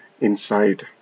inside